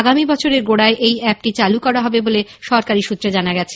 আগামী বছরের গোড়ায় এই অ্যাপটি চালু করা হবে বলে সরকারি সৃত্রে জানা গিয়েছে